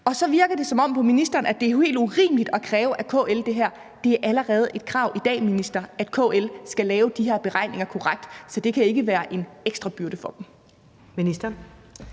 Og så virker det, som om ministeren synes, at det er helt urimeligt at kræve det her af KL, men jeg må sige til ministeren, at det allerede er et krav i dag, at KL skal lave de her beregninger korrekt, så det kan ikke være en ekstra byrde for dem.